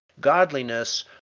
godliness